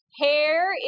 hair